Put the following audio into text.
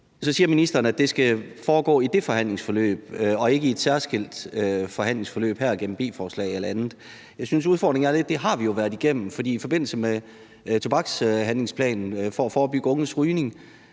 Så siger ministeren, at det skal foregå i det forhandlingsforløb og ikke i et særskilt forhandlingsforløb her i forbindelse med B-forslag eller andet. Jeg synes, at udfordringen lidt er den, at vi jo har været igennem det. For i forbindelse med tobakshandlingsplanen, der handlede om at forebygge unges rygning,